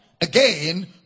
again